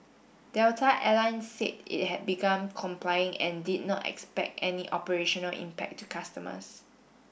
Delta Air Lines said it had begun complying and did not expect any operational impact to customers